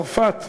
צרפת?